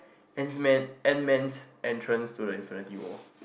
ant-man ant-man's entrance to the Infinity-War